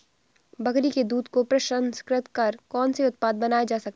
बकरी के दूध को प्रसंस्कृत कर कौन से उत्पाद बनाए जा सकते हैं?